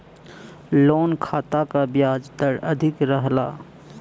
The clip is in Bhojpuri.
लोन खाता क ब्याज दर अधिक रहला